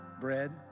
bread